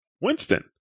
Winston